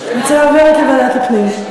ההצעה עוברת לוועדת הפנים.